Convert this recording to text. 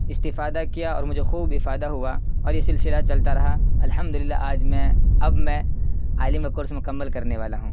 استفادہ کیا اور مجھے خوب ہی فائدہ ہوا اور یہ سلسلہ چلتا رہا الحمدللہ آج میں اب میں عالم کا کورس مکمل کرنے والا ہوں